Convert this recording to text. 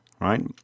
right